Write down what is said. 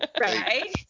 Right